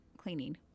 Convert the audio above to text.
cleaning